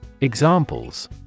Examples